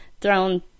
thrown